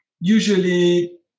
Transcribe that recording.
usually